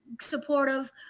supportive